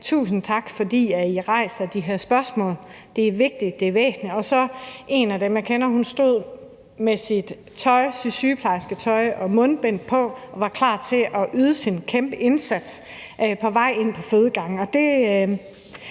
Tusind tak, fordi I rejser de her spørgsmål. Det er vigtigt, det er væsentligt. Og en af dem, jeg kender, stod i sit sygeplejersketøj og med mundbind på og var klar til at yde sin kæmpeindsats på vej ind på fødegangen.